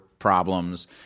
problems